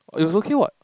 oh it's okay what